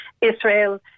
Israel